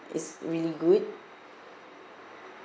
is real good